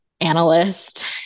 analyst